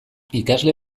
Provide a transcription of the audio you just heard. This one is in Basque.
ikasle